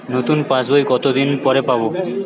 নতুন পাশ বই কত দিন পরে পাবো?